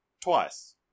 Twice